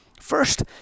First